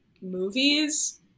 movies